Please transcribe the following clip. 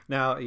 Now